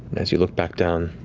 as you look back down,